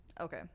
Okay